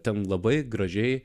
ten labai gražiai